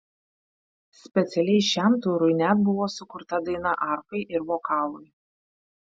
specialiai šiam turui net buvo sukurta daina arfai ir vokalui